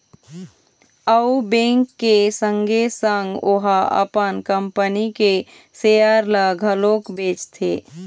अउ बेंक के संगे संग ओहा अपन कंपनी के सेयर ल घलोक बेचथे